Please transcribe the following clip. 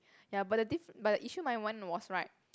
ya but the diff~ but the issue mine one was right